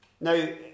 now